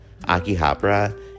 Akihabara